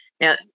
Now